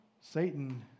Satan